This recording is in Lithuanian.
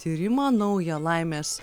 tyrimą naują laimės